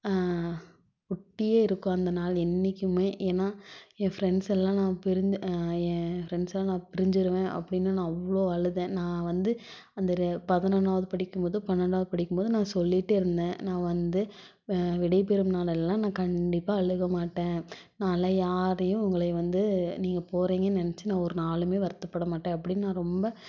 ஒட்டியே இருக்கும் அந்த நாள் என்றைக்குமே ஏன்னால் என் ஃப்ரெண்ட்செல்லாம் நான் பிரிஞ் என் ஃப்ரெண்ட்செல்லாம் நான் பிரிஞ்சுருவேன் அப்படின்னு நான் அவ்வளோ அழுதேன் நான் வந்து அந்த பதினொன்றாவது படிக்கும்போது பன்னெண்டாவது படிக்கும்போது நான் சொல்லிகிட்டே இருந்தேன் நான் வந்து வ விடைபெறும் நாள்லெல்லாம் நான் கண்டிப்பாக அழுக மாட்டேன் நானெலாம் யாரையும் உங்களை வந்து நீங்கள் போகிறீங்கன்னு நினைச்சி ஒரு நாளுமே வருத்தப்பட மாட்டேன் அப்படினு நான் ரொம்ப